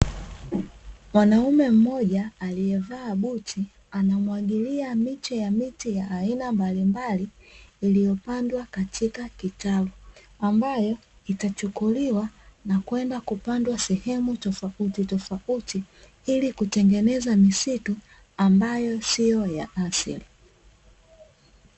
Mwanaume mmoja aliyevaa buti anamwagilia miche ya miti ya aina mbalimbali iliyopandwa katika kitaru, ambayo itachukuliwa na kwenda kupandwa sehemu tofautitofauti ili kutengeneza misitu ambayo sio ya asili.